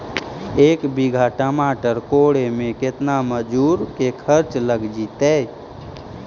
एक बिघा टमाटर कोड़े मे केतना मजुर के खर्चा लग जितै?